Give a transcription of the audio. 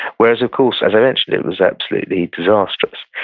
whereas of course, eventually it was absolutely disastrous.